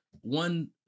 one